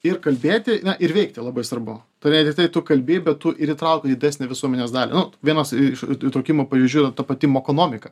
ir kalbėti na ir veikti labai svarbu kadangi tai tu kalbi bet tu ir įtrauki didesnę visuomenės dalį nu vienas iš įtraukimo pavyzdžių yra ta pati mokonomika